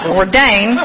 ordain